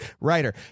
writer